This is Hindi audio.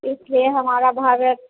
इसलिए हमारा भारत